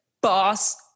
boss